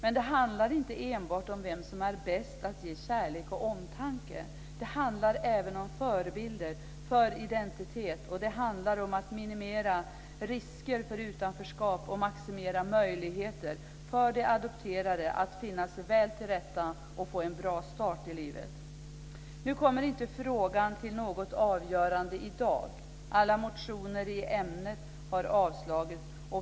Men det handlar inte enbart om vem som är bäst på att ge kärlek och omtanke. Det handlar även om förebilder för identitet, och det handlar om att minimera risker för utanförskap och maximera möjligheter för de adopterade att finna sig väl till rätta och få en bra start i livet. Nu kommer inte frågan upp till något avgörande i dag. Alla motioner i ämnet har avstyrkts.